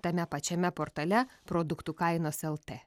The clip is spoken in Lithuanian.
tame pačiame portale produktų kainos lt